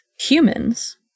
humans